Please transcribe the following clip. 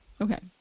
Okay